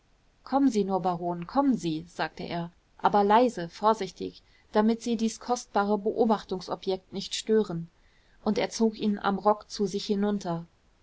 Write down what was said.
kommen sie nur baron kommen sie sagte er aber leise vorsichtig damit sie dies kostbare beobachtungsobjekt nicht stören und er zog ihn am rock zu sich hinunter